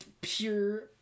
pure